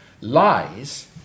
lies